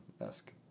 esque